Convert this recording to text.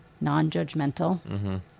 non-judgmental